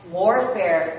warfare